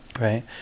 right